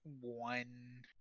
one